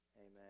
Amen